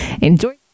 enjoy